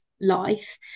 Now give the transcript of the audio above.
life